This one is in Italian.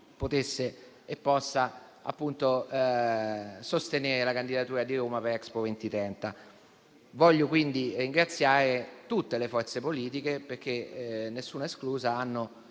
Parlamento possa sostenere la candidatura di Roma per Expo 2030. Voglio quindi ringraziare tutte le forze politiche, nessuna esclusa,